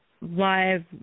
live